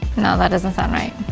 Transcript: no that doesn't sound right.